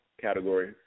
category